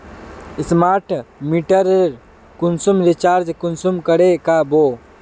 Smart मीटरेर कुंसम recharge कुंसम करे का बो?